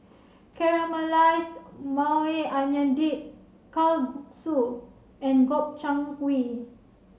Caramelized Maui Onion Dip Kalguksu and Gobchang Gui